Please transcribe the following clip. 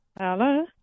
Hello